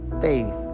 faith